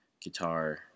guitar